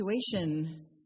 situation